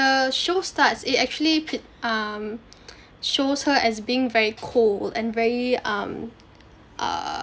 show starts it actually p~ um shows her as being very cold and very um err